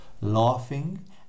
laughing